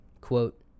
quote